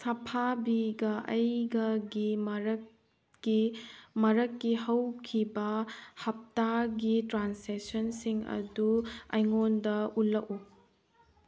ꯁꯥꯐꯥꯕꯤꯒ ꯑꯩꯒꯒꯤ ꯃꯔꯛꯀꯤ ꯃꯔꯛꯀꯤ ꯍꯧꯈꯤꯕ ꯍꯞꯇꯥꯒꯤ ꯇ꯭ꯔꯥꯟꯁꯦꯛꯁꯟ ꯁꯤꯡ ꯑꯗꯨ ꯑꯩꯉꯣꯟꯗ ꯎꯠꯂꯛꯎ